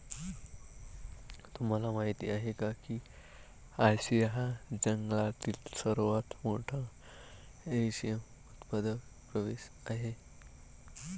तुम्हाला माहिती आहे का की आशिया हा जगातील सर्वात मोठा रेशीम उत्पादक प्रदेश आहे